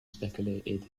speculated